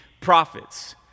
prophets